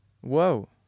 Whoa